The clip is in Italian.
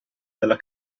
della